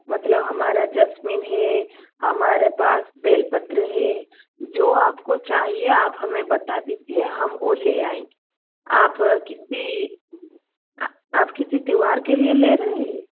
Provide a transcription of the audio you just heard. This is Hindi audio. मतलब हमारा जैस्मिन है हमारे पास बेलपत्र है जो आपको चाहिए आप हमें बता दीजिए हम ओ ले आए आप किसी आप किसी त्योहार के लिए ले रहे हैं